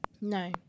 No